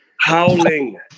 Howling